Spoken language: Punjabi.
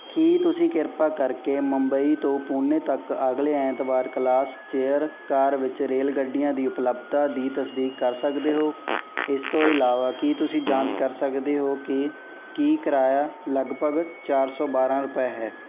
ਕੀ ਤੁਸੀਂ ਕਿਰਪਾ ਕਰਕੇ ਮੁੰਬਈ ਤੋਂ ਪੁਣੇ ਤੱਕ ਅਗਲੇ ਐਤਵਾਰ ਕਲਾਸ ਚੇਅਰ ਕਾਰ ਵਿੱਚ ਰੇਲ ਗੱਡੀਆਂ ਦੀ ਉਪਲੱਬਧਤਾ ਦੀ ਤਸਦੀਕ ਕਰ ਸਕਦੇ ਹੋ ਇਸ ਤੋਂ ਇਲਾਵਾ ਕੀ ਤੁਸੀਂ ਜਾਂਚ ਕਰ ਸਕਦੇ ਹੋ ਕਿ ਕੀ ਕਿਰਾਇਆ ਲਗਭਗ ਚਾਰ ਸੌ ਬਾਰਾਂ ਰੁਪਏ ਹੈ